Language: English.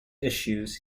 issues